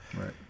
Right